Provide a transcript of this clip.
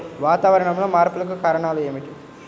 వాతావరణంలో మార్పులకు కారణాలు ఏమిటి?